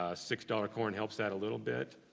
ah six dollars corn helps that a little bit,